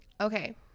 Okay